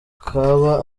kaba